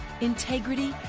integrity